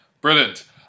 Brilliant